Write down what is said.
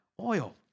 Oil